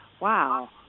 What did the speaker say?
Wow